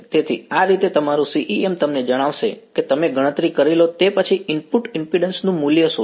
તેથી આ રીતે તમારું CEM તમને જણાવશે કે તમે ગણતરી કરી લો તે પછી અહીં ઇનપુટ ઇમ્પિડન્સ નું મૂલ્ય શું છે